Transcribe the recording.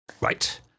Right